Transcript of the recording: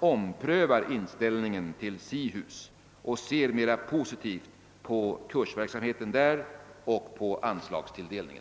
omprövar inställningen till SIHUS och ser mera positivt på kursverksamheten där och på anslagstilldelningen.